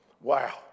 Wow